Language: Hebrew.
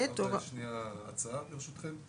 אפשר הצעה, ברשותכם?